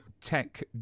tech